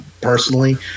personally